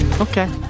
Okay